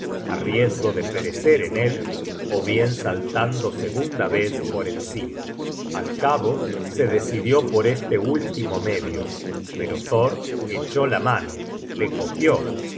á riesgo de perecer en él ó bien saltando segunda vez por encima al cabo se decidió por este último medio pero thor echó la mano le cogió